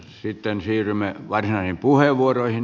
sitten siirrymme varsinaisiin puheenvuoroihin